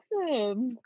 awesome